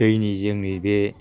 दैनि जोंनि बे